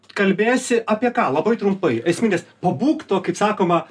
kalbėsi apie ką labai trumpai esminės pabūk to kaip sakoma